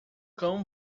cão